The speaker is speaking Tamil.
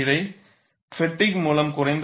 இது பெட்டிக் மூலம் குறைந்தபட்சம் 0